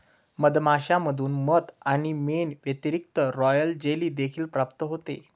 मधमाश्यांमधून मध आणि मेण व्यतिरिक्त, रॉयल जेली देखील प्राप्त होते